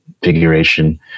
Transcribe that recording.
figuration